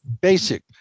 basic